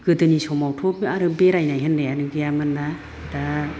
गोदोनि समावथ' आरो बेरायनाय होन्नायआनो गैयामोन ना दा